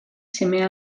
seme